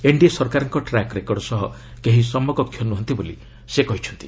NDA ସରକାରଙ୍କ track record ସହ କେହି ସମକକ୍ଷ ନୁହନ୍ତି ବୋଲି ସେ କହିଛନ୍ତି